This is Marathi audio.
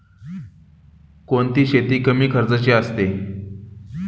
कोणती शेती कमी खर्चाची असते?